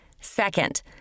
Second